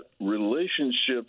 relationships